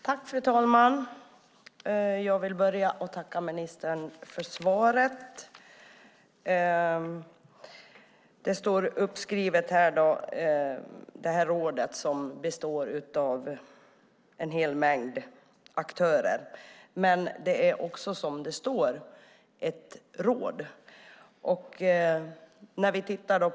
Fru talman! Jag börjar med att tacka ministern för svaret. Detta råd består, som det står i svaret, av en mängd aktörer. Men som det står är det just ett råd.